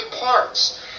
parts